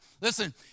Listen